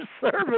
service